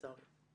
עיסאווי,